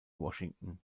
washington